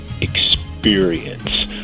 experience